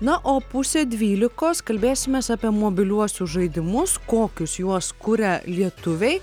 na o pusę dvylikos kalbėsimės apie mobiliuosius žaidimus kokius juos kuria lietuviai